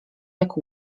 jak